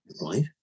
Right